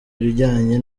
bijyanye